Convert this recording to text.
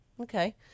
Okay